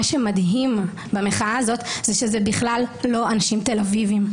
מה שמדהים במחאה הזאת זה שזה בכלל לא אנשים תל-אביביים.